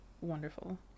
wonderful